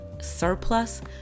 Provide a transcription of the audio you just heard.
surplus